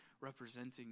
representing